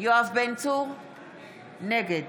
יואב בן צור, נגד